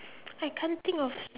I can't think of